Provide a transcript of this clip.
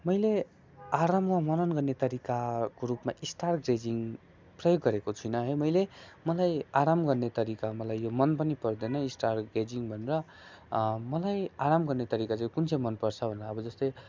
मैले आराम वा मनन गर्ने तरिकाको रूपमा स्टारगेजिङ प्रयोग गरेको छुइनँ है मैले मलाई आराम गर्ने तरिका मलाई यो मन पनि पर्दैन स्टारगेजिङ भनेर मलाई आराम गर्ने तरिका चाहिँ कुन चाहिँ मनपर्छ भन्दा अब जस्तै